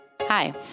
Hi